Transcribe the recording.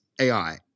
AI